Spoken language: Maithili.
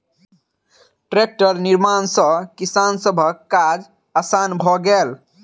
टेक्टरक निर्माण सॅ किसान सभक काज आसान भ गेलै